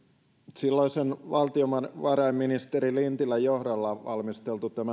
silloisen valtiovarainministerin lintilän johdolla valmisteltu